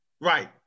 Right